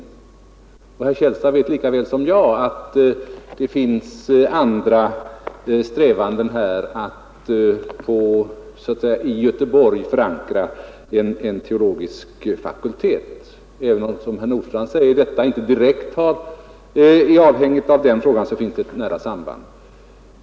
Herr Källstad vet också lika väl som jag att det finns andra strävanden här att få en teologisk fakultet förankrad i Göteborg. Även om, som herr Nordstrandh säger, detta inte direkt är avhängigt av frågan om religionskunskapen, så finns det ändå ett nära samband.